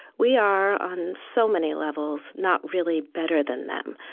we are on so many levels not really better than them.